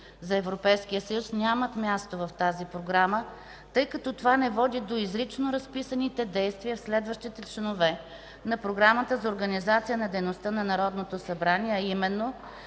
за Европейския съюз нямат място в тази програма, тъй като това не води до изрично разписаните действия в следващите членове на Правилника за организация и дейността на Народното събрание, а именно: